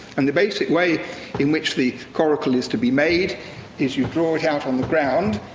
and the basic way in which the coracle is to be made is you draw it out on the ground,